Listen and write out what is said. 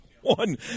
one